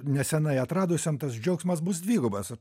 neseniai atradusiam tas džiaugsmas bus dvigubas